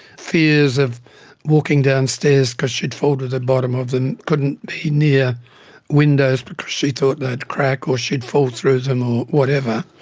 fears of walking down stairs because she'd fall to the bottom of them, couldn't be near windows because she thought they'd crack or she'd fall through them or whatever.